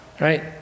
Right